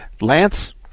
Lance